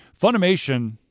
Funimation